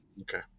Okay